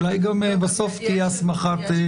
אולי גם בסוף תהיה הסמכה.